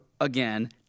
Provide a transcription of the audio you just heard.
again